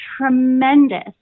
tremendous